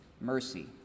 mercy